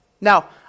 Now